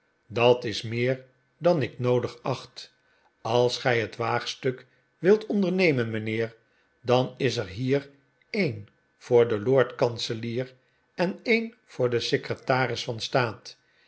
dat is meer dan ik noodig acht als gij het waagstuk wilt ondernemen mijnheer dan is er hier een voor den lord kanselier en een voor den secretaris van staat